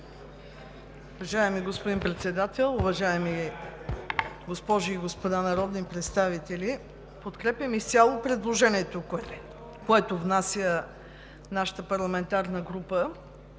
Уважаеми господин Председател, уважаеми госпожи и господа народни представители! Подкрепям изцяло предложението, което внася нашата парламентарна група